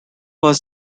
was